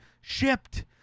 shipped